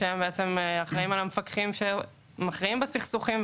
שהם בעצם אחראים על המפקחים שמכריעים בסכסוכים,